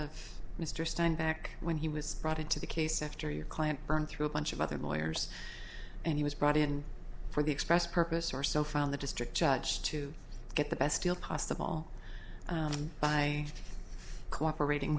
of mr steinback when he was brought into the case after your client burn through a bunch of other lawyers and he was brought in for the express purpose or so from the district judge to get the best deal possible by cooperating